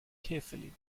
carefully